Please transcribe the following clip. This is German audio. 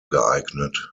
geeignet